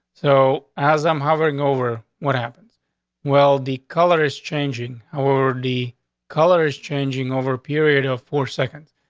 so as i'm hovering over what happens well, the color is changing. however, the colors changing over a period of four seconds,